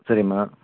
சரிம்மா